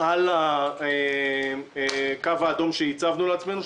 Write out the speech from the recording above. מעל הקו האדום שהצבנו לעצמנו,